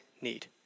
need